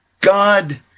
God